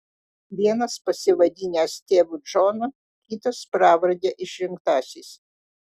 vienas pasivadinęs tėvu džonu kitas pravarde išrinktasis